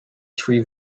three